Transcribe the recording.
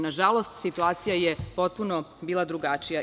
Nažalost, situacija je potpuno bila drugačija.